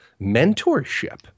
mentorship